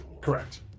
Correct